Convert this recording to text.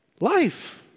life